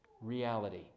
reality